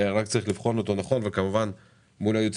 רק צריך לבחון אותו נכון גם מול הייעוץ